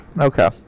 Okay